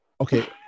Okay